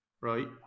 right